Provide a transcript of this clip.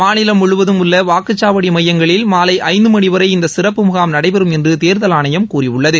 மாநிலம் முழுவதும் உள்ள வாக்குச்சாவடி மையங்களில் மாலை ஐந்து மணிவரை இந்த சிறப்பு முகாம் நடைபெறும் என்று தேர்தல் ஆணையம் கூறியுள்ளது